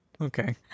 Okay